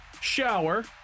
shower